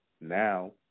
Now